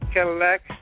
Cadillac